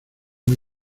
muy